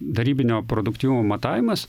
darybinio produktyvumo matavimas